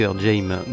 James